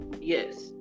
Yes